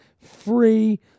free